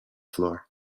floor